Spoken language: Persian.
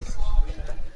بود